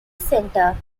center